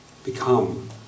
become